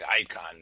icon